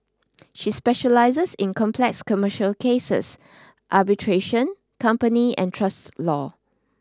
she specialises in complex commercial cases arbitration company and trust law